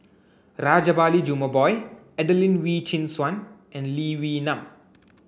Rajabali Jumabhoy Adelene Wee Chin Suan and Lee Wee Nam